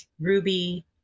Ruby